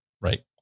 Right